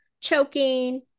choking